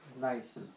Nice